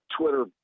Twitter